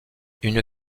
une